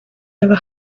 never